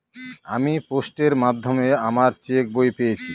আমি পোস্টের মাধ্যমে আমার চেক বই পেয়েছি